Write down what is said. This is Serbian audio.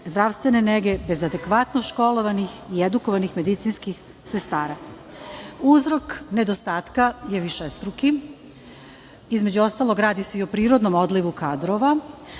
zdravstvene nege bez adekvatno školovanih i edukovanih medicinskih sestara. Uzrok nedostatka je višestruki. Između ostalog, radi se i o prirodnom odlivu kadrova,